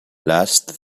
last